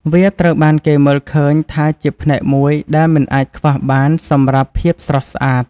វាត្រូវបានគេមើលឃើញថាជាផ្នែកមួយដែលមិនអាចខ្វះបានសម្រាប់ភាពស្រស់ស្អាត។